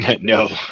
No